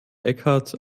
eckhart